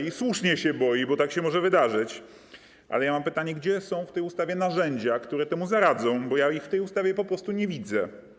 I słusznie się boi, bo tak się może wydarzyć, ale ja mam pytanie, gdzie są w tej ustawie narzędzia, które temu zaradzą, bo ja ich w tej ustawie po prostu nie widzę.